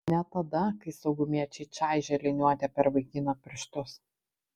ne tada kai saugumiečiai čaižė liniuote per vaikino pirštus